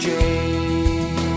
Jane